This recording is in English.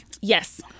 Yes